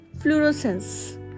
fluorescence